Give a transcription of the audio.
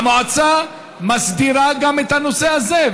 המועצה מסדירה גם את הנושא הזה.